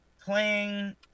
playing